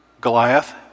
Goliath